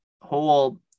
whole